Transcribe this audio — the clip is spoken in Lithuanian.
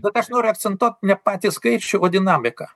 bet aš noriu akcentuot ne patį skaičių o dinamiką